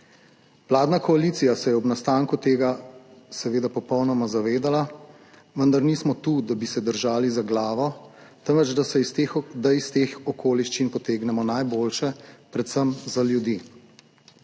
Vladna koalicija se je ob nastanku tega seveda popolnoma zavedala, vendar nismo tu, da bi se držali za glavo, temveč da iz teh okoliščin potegnemo najboljše, predvsem za ljudi.